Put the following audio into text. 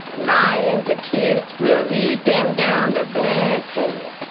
lying to kids will lead them down the bad path.